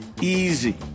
Easy